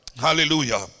Hallelujah